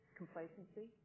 complacency